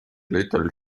little